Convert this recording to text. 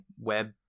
web